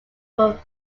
were